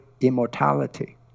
immortality